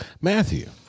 Matthew